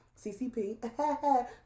CCP